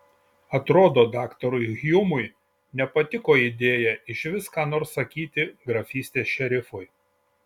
atrodo daktarui hjumui nepatiko idėja išvis ką nors sakyti grafystės šerifui